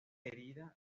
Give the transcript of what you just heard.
herida